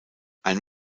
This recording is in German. ein